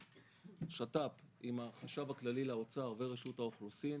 שת"פ עם החשב הכללי לאוצר ורשות האוכלוסין,